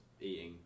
eating